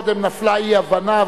קודם נפלה אי-הבנה,